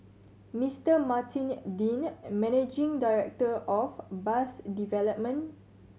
Mister Martin Dean managing director of bus development